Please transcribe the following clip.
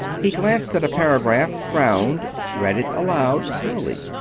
he glanced at a paragraph, frowned, read it aloud, slowly.